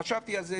חשבתי על זה.